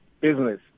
business